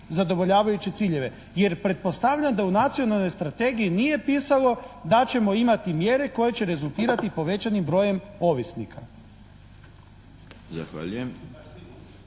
zadovoljavajuće ciljeve. Jer pretpostavljam da u Nacionalnoj strategiji nije pisalo da ćemo imati mjere koje će rezultirati povećanim brojem ovisnika.